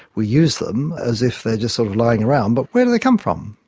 we use them as if they are just sort of lying around, but where do they come from?